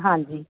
ਹਾਂਜੀ